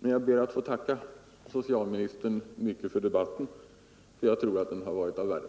Men jag ber att få tacka socialministern för debatten — jag tror att den varit av värde.